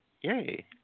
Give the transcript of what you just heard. Yay